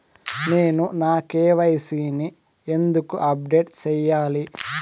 నేను నా కె.వై.సి ని ఎందుకు అప్డేట్ చెయ్యాలి?